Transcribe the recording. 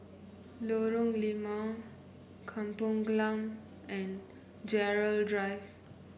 Lorong Limau Kampong Glam and Gerald Drive